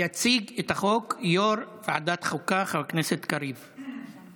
הצעת חוק שיפוט בתי דין רבניים (נישואין